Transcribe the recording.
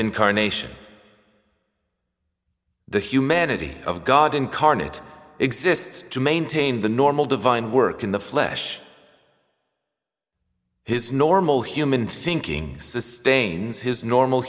incarnation the humanity of god incarnate exists to maintain the normal divine work in the flesh his normal human thinking sustains his normal